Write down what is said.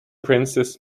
princess